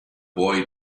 boy